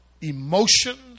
Emotions